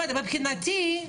מבחינתי,